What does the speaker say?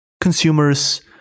consumers